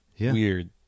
weird